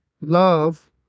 love